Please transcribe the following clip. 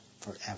forever